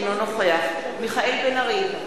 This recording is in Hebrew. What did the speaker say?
אינו נוכח מיכאל בן-ארי,